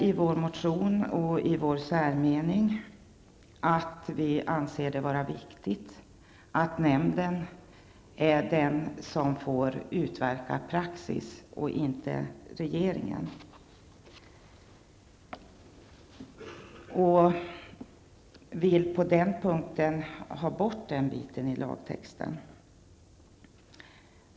I vår motion och i vår särmening säger vi att det är viktigt att nämnden och inte regeringen får skapa praxis. På den punkten vill vi därför ändra i lagtexten.